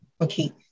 Okay